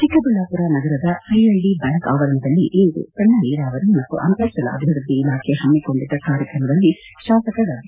ಚಿಕ್ಕಬಳ್ಳಾಪುರ ನಗರದ PLD bank ಆವರಣದಲ್ಲಿ ಇಂದು ಸಣ್ಣ ನೀರಾವರಿ ಮತ್ತು ಅಂತರ್ಜಲ ಅಭಿವೃದ್ದಿ ಇಲಾಖೆ ಪಮ್ಮಿಕೊಂಡಿದ್ದ ಕಾರ್ಯಕ್ರಮದಲ್ಲಿ ಶಾಸಕ ಡಾ